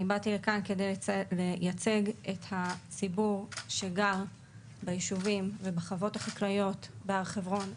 אני באתי לייצג את הציבור שגר ביישובים ובחוות החקלאיות בהר חברון,